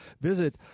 Visit